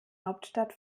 hauptstadt